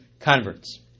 Converts